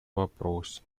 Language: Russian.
вопросе